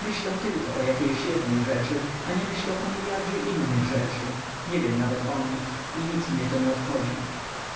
myślę tylko o jakiejś jednej rzeczy a nie myślę o miliardzie innych rzeczy nie wiem nawet o nich i nic mnie to nie obchodzi